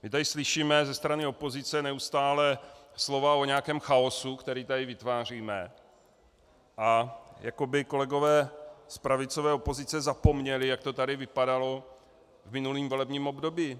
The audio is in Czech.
My tady slyšíme ze strany opozice neustále slova o nějakém chaosu, který tady vytváříme, a jako by kolegové z pravicové opozice zapomněli, jak to tady vypadalo v minulém volebním období.